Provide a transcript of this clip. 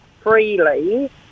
freely